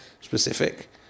specific